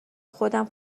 خودم